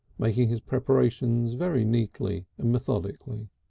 making his preparations very neatly and methodically.